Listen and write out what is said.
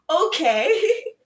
okay